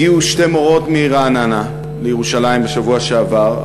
הגיעו שתי מורות מרעננה לירושלים בשבוע שעבר,